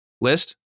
list